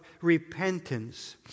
repentance